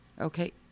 Okay